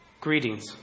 Greetings